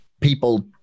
people